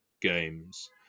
games